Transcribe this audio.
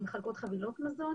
מחלקות חבילות מזון,